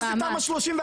מה זה תמ"א 31,